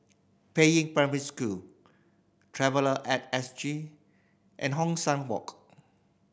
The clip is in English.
Peiying Primary School Traveller At S G and Hong San Walk